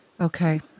Okay